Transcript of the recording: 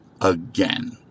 again